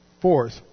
Fourth